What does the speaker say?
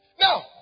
Now